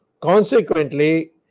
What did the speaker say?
consequently